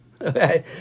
Okay